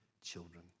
children